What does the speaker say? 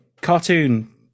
Cartoon